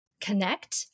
connect